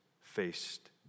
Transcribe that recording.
faced